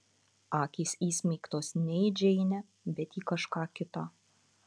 akys įsmeigtos ne į džeinę bet į kažką kitą